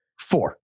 Four